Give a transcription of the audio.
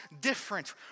different